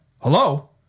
hello